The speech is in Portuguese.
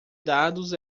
dados